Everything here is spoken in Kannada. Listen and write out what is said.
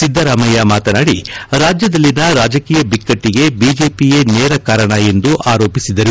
ಸಿದ್ಧರಾಮಯ್ಯ ಮಾತನಾಡಿ ರಾಜ್ಯದಲ್ಲಿನ ರಾಜಕೀಯ ಬಿಕ್ಕಟ್ಟಗೆ ಬಿಜೆಪಿಯೇ ನೇರ ಕಾರಣ ಎಂದು ಆರೋಪಿಸಿದರು